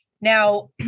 Now